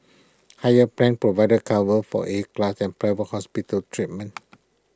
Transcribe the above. higher plans provide cover for A class and private hospital treatment